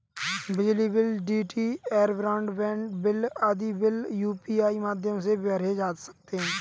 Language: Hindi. बिजली bill, DTH broadband bill आदि बिल यू.पी.आई माध्यम से भरे जा सकते हैं